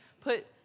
put